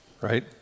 Right